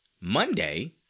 Monday